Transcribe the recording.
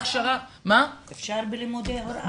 --- אפשר בלימודי הוראה.